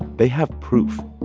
they have proof,